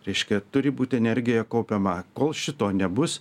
reiškia turi būt energija kaupiama kol šito nebus